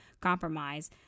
compromise